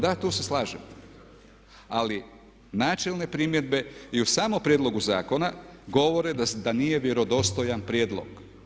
Da tu se … ali načelne primjedbe i u samom prijedlogu zakona govore da nije vjerodostojan prijedlog.